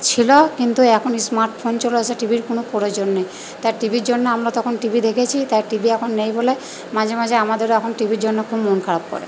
ছিল কিন্তু এখন স্মার্টফোন চলে এসে টি ভির কোন প্রয়োজন নেই তাই টি ভির জন্য আমরা তখন টিভি দেখেছি তার টিভি এখন নেই বলে মাঝে মাঝে আমাদেরও এখন টি ভির জন্য খুব মন খারাপ করে